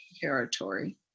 territory